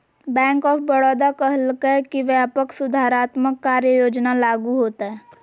bank of Baroda कहलकय कि व्यापक सुधारात्मक कार्य योजना लागू होतय